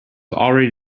already